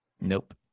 Nope